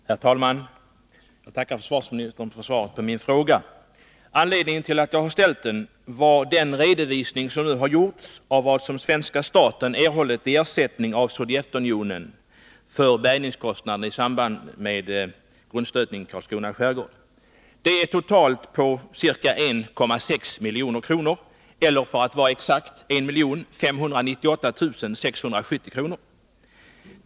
Herr talman! Jag tackar försvarsministern för svaret. Anledningen till att jag ställde frågan var den redovisning som har gjorts av vad svenska staten har erhållit i ersättning av Sovjetunionen för bärgningskostnaderna i samband med grundstötningen i Karlskrona skärgård. Det är totalt 1,6 milj.kr. — eller för att vara exakt 1 598 670 kr.